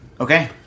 Okay